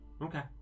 Okay